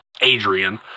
Adrian